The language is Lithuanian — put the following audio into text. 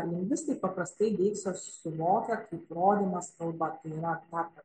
lingvistai paprastai deiksę suvokia kaip rodymas kalba tai yra tą ką